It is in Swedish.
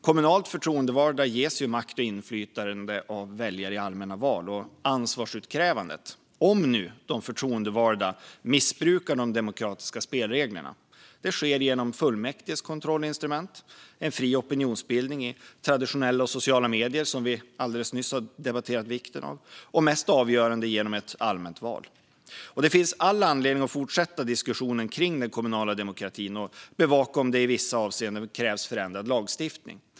Kommunalt förtroendevalda ges makt och inflytande av väljare i allmänna val, och ansvarsutkrävandet om de förtroendevalda missbrukar de demokratiska spelreglerna sker genom fullmäktiges kontrollinstrument, en fri opinionsbildning i traditionella och sociala medier som vi alldeles nyss debatterade vikten av och mest avgörande genom ett allmänt val. Det finns all anledning att fortsätta diskussionen om den kommunala demokratin och bevaka om det i vissa avseenden krävs förändrad lagstiftning.